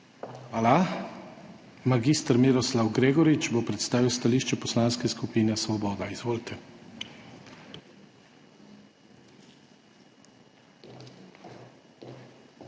Hvala. Mag. Miroslav Gregorič bo predstavil stališče Poslanske skupine Svoboda. Izvolite.